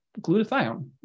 glutathione